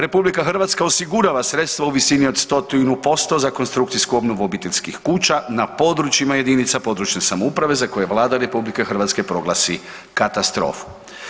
RH osigurava sredstva u visini od 100% za konstrukcijsku obnovu obiteljskih kuća na područjima jedinica područne samouprave za koje je Vlada RH proglasi katastrofu.